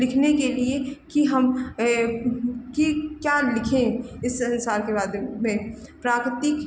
लिखने के लिए कि हम कि क्या लिखें इस संसार के बारे में प्रकृति